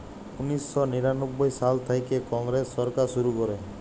উনিশ শ নিরানব্বই সাল থ্যাইকে কংগ্রেস সরকার শুরু ক্যরে